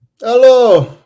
Hello